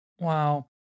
Wow